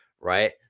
right